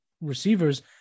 receivers